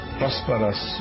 prosperous